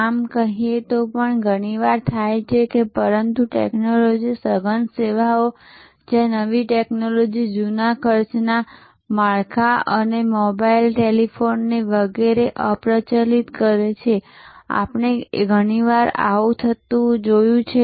આમ કહીએ તો તે ઘણી વાર થાય છે પરંતુ ટેક્નોલોજી સઘન સેવાઓ જ્યાં નવી ટેક્નોલોજી જૂના ખર્ચના માળખા અને મોબાઇલ ટેલિફોની વગેરેને અપ્રચલિત કરે છે આપણે ઘણીવાર આવું થતું જોયું છે